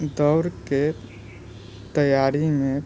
दौड़के तैयारीमे